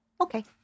okay